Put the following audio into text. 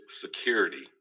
security